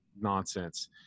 nonsense